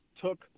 took